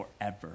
forever